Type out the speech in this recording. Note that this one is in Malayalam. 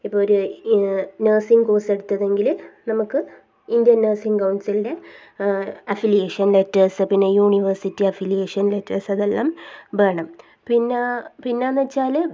ഇപ്പോൾ ഒരു നഴ്സിംഗ് കോഴ്സ് എടുത്തതെങ്കിൽ നമുക്ക് ഇന്ത്യൻ നേഴ്സിങ് കൗൺസിലിൻ്റെ അഫിലിയേഷൻ ലെറ്റേഴ്സ് പിന്നെ യൂണിവേഴ്സിറ്റി അഫിലിയേഷൻ ലെറ്റേഴ്സ് അതെല്ലാം വേണം പിന്നെ പിന്നെ എന്ന് വച്ചാൽ